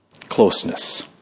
closeness